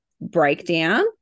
breakdown